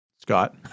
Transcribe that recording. Scott